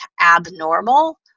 abnormal